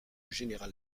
général